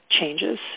changes